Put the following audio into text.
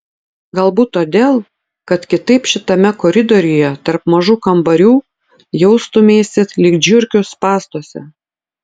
galbūt todėl kad kitaip šitame koridoriuje tarp mažų kambarių jaustumeisi lyg žiurkių spąstuose